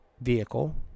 vehicle